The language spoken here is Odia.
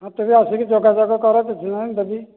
ହଁ ତୁମେ ଆସିକି ଯୋଗାଯୋଗ କର ଦେବି ଦେବି